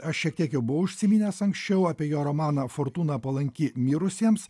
aš šiek tiek jau buvo užsiminęs anksčiau apie jo romaną fortūna palanki mirusiems